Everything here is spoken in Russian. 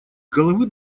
головы